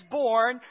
born